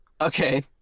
okay